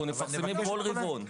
אנחנו מפרסמים בכל רבעון.